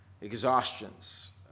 exhaustions